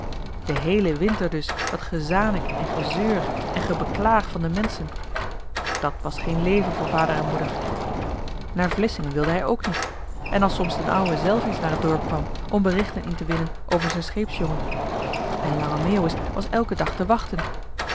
den heelen winter dus dat gezanik en gezeur en gebeklaag van de menschen dat was geen leven voor vader en moeder naar vlissingen wilde hij ook niet en als soms d'n ouwe zelf eens naar t dorp kwam om berichten in te winnen over z'n scheepsjongen en lange meeuwis was elken dag te wachten